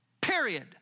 Period